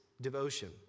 devotion